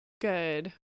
good